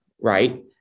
right